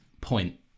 point